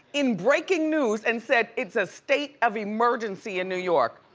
in breaking news, and said it's a state of emergency in new york.